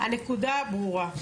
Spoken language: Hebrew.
הנקודה ברורה.